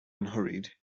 unhurried